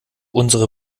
unsere